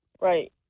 Right